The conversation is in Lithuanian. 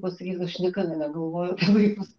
pasakyt kad aš niekada negalvoju apie vaikus